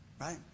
right